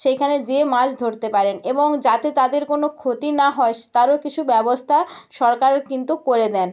সেইখানে গিয়ে মাছ ধরতে পারেন এবং যাতে তাদের কোনো ক্ষতি না হয় তারও কিছু ব্যবস্থা সরকার কিন্তু করে দেন